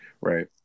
Right